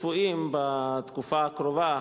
צפויים בתקופה הקרובה,